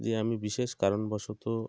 যে আমি বিশেষ কারণবশত